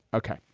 ok.